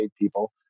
people